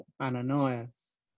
Ananias